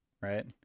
Right